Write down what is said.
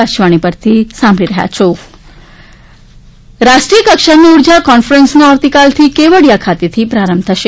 કેવડીયા ઊર્જા કોન્ફરન્સ રાષ્ટ્રીયકક્ષાની ઊર્જા કોન્ફરન્સનો આવતીકાલથી કેવડીયા ખાતે પ્રારંભ થશે